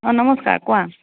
অ' নমষ্কাৰ কোৱা